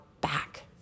back